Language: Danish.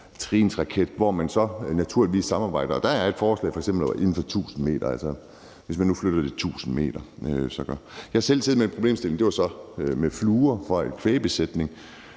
tretrinsraket, hvor man så naturligvis samarbejder. Der kunne et forslag være, at det f.eks. skal være inden for 1.000 m, altså hvis man nu flytter det 1.000 m. Jeg har selv siddet med en problemstilling. Det var så med fluer fra en kvægbesætning,